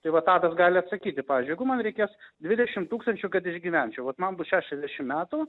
tai va tadas gali atsakyti pavyzdžiui jeigu man reikės dvidešim tūkstančių kad išgyvenčiau vat man bus šešiasdešim metų